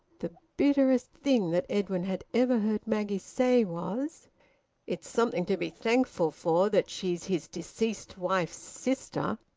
the bitterest thing that edwin had ever heard maggie say was it's something to be thankful for that she's his deceased wife's sister!